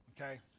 Okay